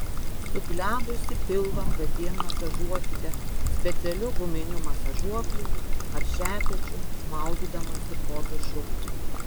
suglebusį pilvą kasdien masažuokite specialiu guminiu masažuokliu ar šepečiu maudydamasi po dušu